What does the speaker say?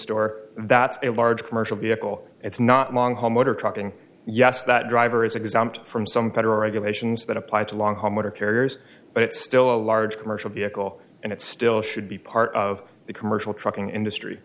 store that's a large commercial vehicle it's not a long haul motor trucking yes that driver is exempt from some federal regulations that apply to long haul motor carriers but it's still a large commercial vehicle and it still should be part of the commercial trucking industry